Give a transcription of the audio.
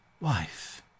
Wife